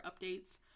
updates